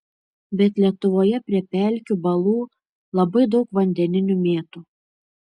bet lietuvoje prie pelkių balų labai daug vandeninių mėtų